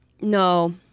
No